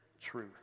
truth